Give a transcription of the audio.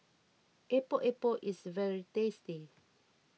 Epok Epok is very tasty